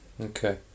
okay